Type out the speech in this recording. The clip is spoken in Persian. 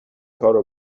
کارو